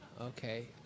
okay